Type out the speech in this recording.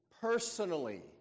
personally